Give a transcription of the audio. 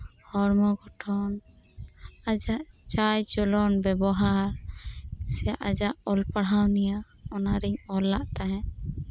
ᱦᱚᱲᱢᱚ ᱜᱚᱴᱷᱚᱱ ᱟᱡᱟᱜ ᱪᱟᱞ ᱪᱚᱞᱚᱱ ᱵᱮᱵᱚᱦᱟᱨ ᱥᱮ ᱟᱡᱟᱜ ᱚᱞ ᱯᱟᱲᱦᱟᱣ ᱱᱤᱭᱮ ᱚᱱᱟ ᱨᱤᱧ ᱚᱞ ᱞᱮᱫ ᱛᱟᱦᱮᱸᱫ